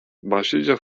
başlıca